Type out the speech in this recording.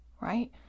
Right